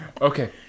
okay